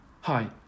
Hi